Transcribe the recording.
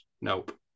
Nope